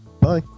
bye